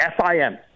FIM